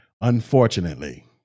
unfortunately